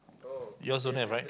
yours don't have right